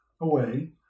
away